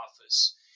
Office